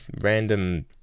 random